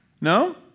No